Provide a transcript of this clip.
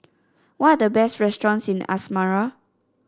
what are the best restaurants in Asmara